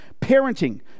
parenting